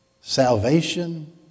Salvation